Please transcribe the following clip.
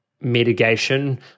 mitigation